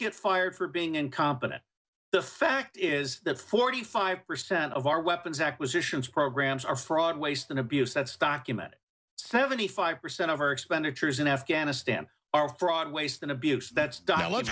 get fired for being incompetent the fact is that forty five percent of our weapons acquisitions programs are fraud waste and abuse that's documented seventy five percent of our expenditures in afghanistan are fraud waste and abuse that dial